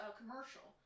commercial